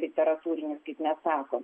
literatūrinis kaip mes sakom